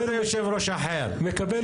שתי האמירות האלה הן אמירות נכונות.